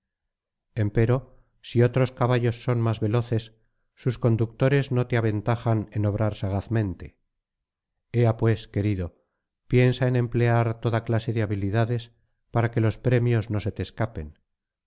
empero si otros caballos son más veloces sus conductores no te aventajan en obrar sagazmente ea pues querido piensa en emplear toda clase de habilidades para que los premios no se te escapen